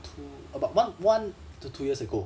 two about one one to two years ago